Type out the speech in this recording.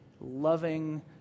loving